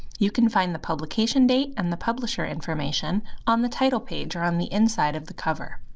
you can find the publication date and the publisher information on the title page or on the inside of the cover.